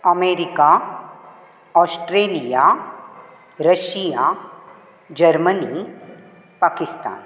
America Australia Russia Germany Pakistan